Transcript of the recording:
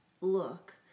look